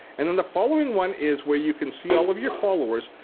and then the following one is where you can see all of your followers.